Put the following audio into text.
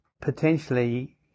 potentially